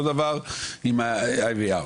אותו דבר עם ה-IVR